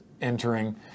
entering